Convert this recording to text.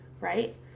right